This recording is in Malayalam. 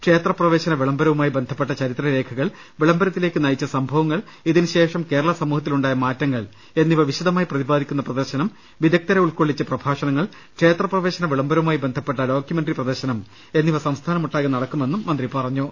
ക്ഷേത്രപ്രവേശനവിളംബരവുമായി ബന്ധപ്പെട്ട ചരിത്രരേഖകൾ വിളംബരത്തിലേക്ക് നയിച്ച സംഭവങ്ങൾ ഇതിനുശേഷം കേരള സമൂഹത്തിലുണ്ടായ മാറ്റങ്ങൾ എന്നിവ വിശദമായി പ്രതിപാദിക്കുന്ന പ്രദർശനം വിദഗ്ദ്ധരെ ഉൾക്കൊള്ളിച്ച് പ്രഭാഷണ ങ്ങൾ ക്ഷേത്രപ്രവേശന വിളംബരവുമായി ബന്ധപ്പെട്ട ഡോക്യുമെന്ററി പ്രദർശനം എന്നിവ സംസ്ഥാനമൊട്ടാകെ നടക്കുമെന്നും മന്ത്രി പറഞ്ഞു